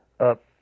Up